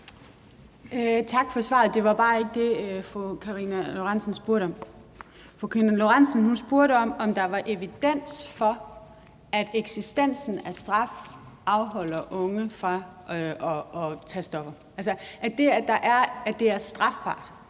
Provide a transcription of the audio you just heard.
Tak for svaret. Det var bare ikke det, fru Karina Lorentzen Dehnhardt spurgte om. Fru Karina Lorentzen Dehnhardt spurgte, om der var evidens for, at eksistensen af straf afholder unge fra at tage stoffer, altså det, at det er strafbart